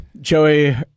Joey